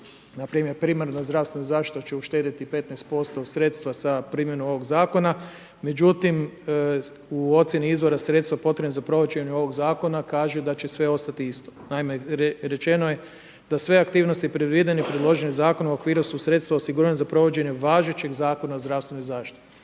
Npr. primarna zdravstvena zaštita će uštedjeti 15% sredstva sa primjenom ovog zakona. Međutim, u ocijeni izvora sredstva potrebnih za provođenje ovog zakona, kaže da će sve ostati isto. Naime, rečeno je da sve aktivnosti predvedene i priloženim zakonom u okviru su sredstva osiguranja za provođenje važećeg zakona o zdravstvenoj zaštiti.